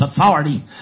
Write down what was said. authority